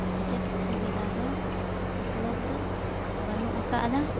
ᱥᱮᱪᱮᱫ ᱥᱩᱵᱤᱫᱷᱟ ᱫᱚ ᱩᱯᱚᱞᱚᱵᱫᱷᱚ ᱵᱟᱹᱱᱩᱜ ᱟᱠᱟᱫᱟ